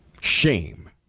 shame